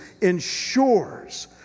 ensures